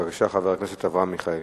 בבקשה, חבר הכנסת אברהם מיכאלי.